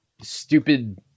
stupid